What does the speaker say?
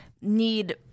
need